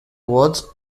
was